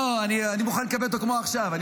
אני מוכן לקבל אותו כמו עכשיו.